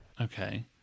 Okay